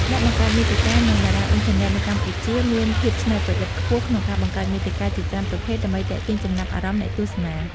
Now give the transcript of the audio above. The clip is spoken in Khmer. អ្នកបង្កើតមាតិកា និងតារាអុីនធឺណិតនៅកម្ពុជាមានភាពច្នៃប្រឌិតខ្ពស់ក្នុងការបង្កើតមាតិកាជាច្រើនប្រភេទដើម្បីទាក់ទាញចំណាប់អារម្មណ៍អ្នកទស្សនា។